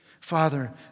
Father